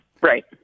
Right